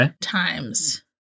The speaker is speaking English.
times